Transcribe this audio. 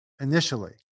initially